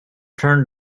turned